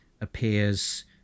appears